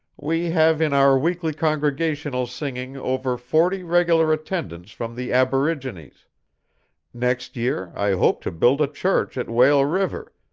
we have in our weekly congregational singing over forty regular attendants from the aborigines next year i hope to build a church at whale river,